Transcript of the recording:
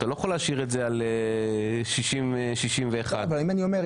אתה לא יכול להשאיר את זה על 61. אבל אם אני אומר,